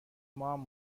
مام